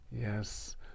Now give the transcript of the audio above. yes